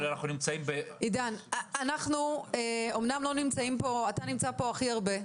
אתה נמצא פה הכי הרבה,